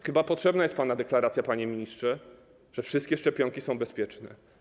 Chyba potrzebna jest pana deklaracja, panie ministrze, że wszystkie szczepionki są bezpieczne.